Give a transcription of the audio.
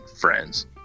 friends